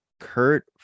Kurt